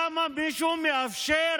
למה מישהו מאפשר